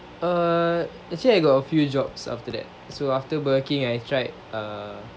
err actually I got a few jobs after that so after burger king I tried